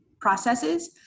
processes